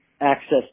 Access